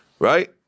Right